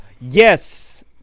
yes